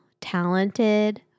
talented